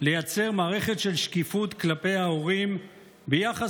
לייצר מערכת של שקיפות כלפי ההורים ביחס